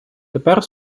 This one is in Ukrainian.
тепер